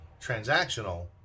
transactional